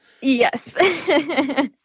Yes